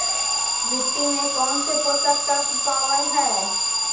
मिट्टी में कौन से पोषक तत्व पावय हैय?